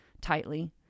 tightly